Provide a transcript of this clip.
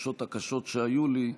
התחושות הקשות שהיו לי,